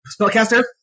spellcaster